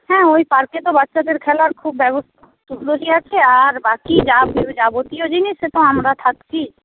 হ্যাঁ ওই পার্কে তো বাচ্চাদের খেলার খুব ব্যবস্থা আছে আর বাকি যাবতীয় জিনিস সেতো আমরা থাকছি